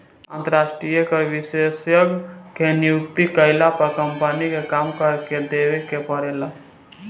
अंतरास्ट्रीय कर विशेषज्ञ के नियुक्ति कईला पर कम्पनी के कम कर देवे के परेला